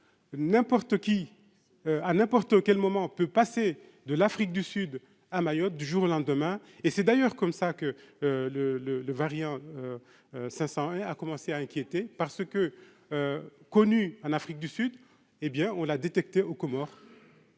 n'importe qui à n'importe quel moment peut passer de l'Afrique du Sud à Mayotte, du jour au lendemain, et c'est d'ailleurs comme ça que le le le variant 500 et a commencé à inquiéter parce que connu en Afrique du Sud, hé bien, on a détecté aux Comores.